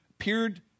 appeared